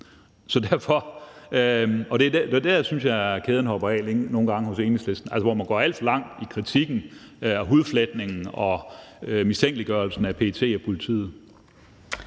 med dem, vel? Det er der, jeg synes, at kæden nogle gange hopper af hos Enhedslisten, altså hvor man går alt for langt i kritikken, hudfletningen og mistænkeliggørelsen af PET og politiet.